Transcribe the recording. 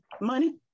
Money